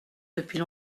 depuis